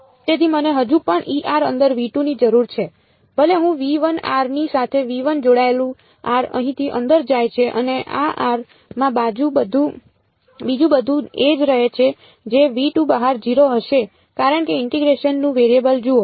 તેથી મને હજુ પણ અંદર ની જરૂર છે ભલે હું r ની સાથે જોડાયેલું r અહીંથી અંદર જાય છે અને આ r માં બીજું બધું એ જ રહે છે જે બહાર 0 હશે કારણ કે ઇન્ટીગ્રેશન નું વેરિયેબલ જુઓ